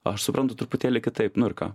aš suprantu truputėlį kitaip nu ir ką